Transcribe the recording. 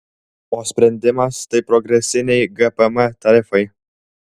o sprendimas tai progresiniai gpm tarifai